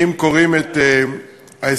אם קוראים את ההסכמים,